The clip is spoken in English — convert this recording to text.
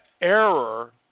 error